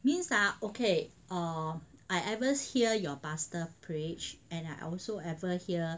means ah okay um I ever hear your pastor preached and I also ever hear